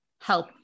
help